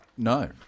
No